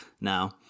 now